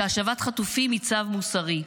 שהשבת חטופים היא צו מוסרי.